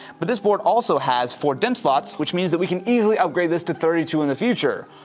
but this board also has four dimm slots, which means that we can easily upgrade this to thirty two in the future.